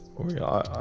oh yeah,